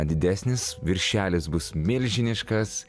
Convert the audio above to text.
didesnis viršelis bus milžiniškas